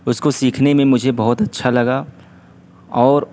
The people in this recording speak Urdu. اس کو سیکھنے میں مجھے بہت اچّھا لگا اور